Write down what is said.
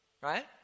right